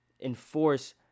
enforce